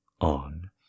on